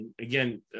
again